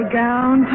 gown